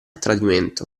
tradimento